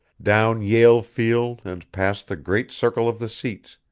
down yale field and past the great circle of the seats,